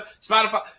Spotify